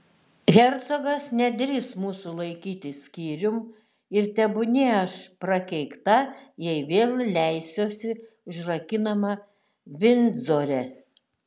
hercogas nedrįs mūsų laikyti skyrium ir tebūnie aš prakeikta jei vėl leisiuosi užrakinama vindzore